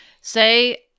Say